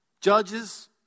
Judges